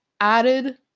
added